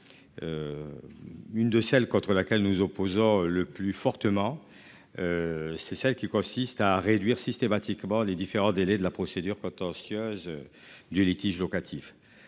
Une de celle contre laquelle nous opposant le plus fortement. C'est celle qui consiste à, à réduire systématiquement les différents délais de la procédure contentieuse. Du litige locatif.